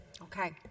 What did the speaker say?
okay